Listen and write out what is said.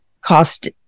cost